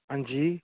हां जी